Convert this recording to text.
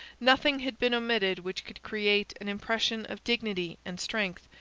nothing had been omitted which could create an impression of dignity and strength.